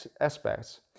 aspects